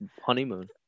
honeymoon